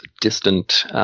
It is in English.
distant